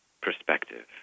perspective